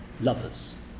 lovers